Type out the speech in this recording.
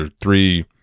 three